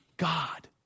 God